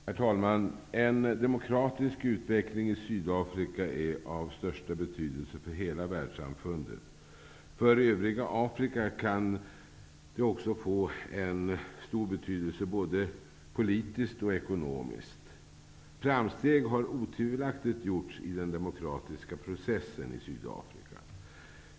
Herr talman! En demokratisk utveckling i Sydafrika är av största betydelse för hela världssamfundet. För övriga Afrika kan det få en stor betydelse både politiskt och ekonomiskt. Framsteg har otvivelaktigt gjorts i den demokratiska processen i Sydafrika.